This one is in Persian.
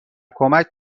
کمک